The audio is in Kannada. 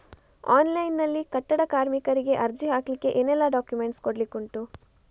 ಆನ್ಲೈನ್ ನಲ್ಲಿ ಕಟ್ಟಡ ಕಾರ್ಮಿಕರಿಗೆ ಅರ್ಜಿ ಹಾಕ್ಲಿಕ್ಕೆ ಏನೆಲ್ಲಾ ಡಾಕ್ಯುಮೆಂಟ್ಸ್ ಕೊಡ್ಲಿಕುಂಟು?